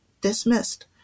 dismissed